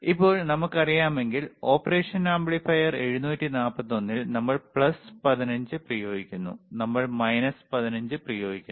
ഇപ്പോൾ നമുക്കറിയാമെങ്കിൽ operation amplifier 741 ൽ നമ്മൾ പ്ലസ് 15 പ്രയോഗിക്കുന്നു നമ്മൾ മൈനസ് 15 പ്രയോഗിക്കുന്നു